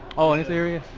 oh, in this area?